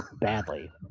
badly